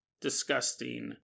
disgusting